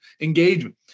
engagement